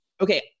okay